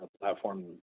platform